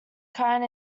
kind